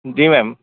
जी ma'am